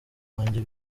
wanjye